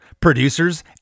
producers